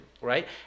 right